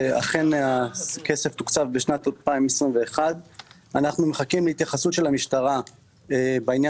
אכן הכסף תוקצב בשנת 2021. אנחנו מחכים להתייחסות של המשטרה בעניין